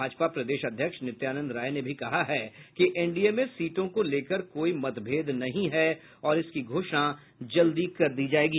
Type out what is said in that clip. भाजपा प्रदेश अध्यक्ष नित्यानंद राय ने भी कहा है कि एनडीए में सीटों को लेकर कोई मतभेद नहीं है और इसकी घोषणा जल्दी कर दी जायेगी